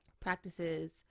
practices